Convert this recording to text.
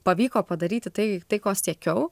pavyko padaryti tai tai ko siekiau